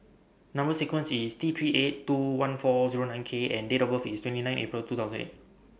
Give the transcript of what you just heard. Number sequence IS T three eight two one four Zero nine K and Date of birth IS twenty nine April two thousand eight